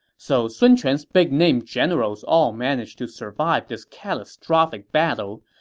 so sun quan's big-name generals all managed to survive this catastrophic battle,